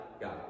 God